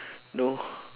no